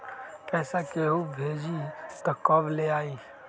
पैसा केहु भेजी त कब ले आई?